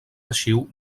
arxiu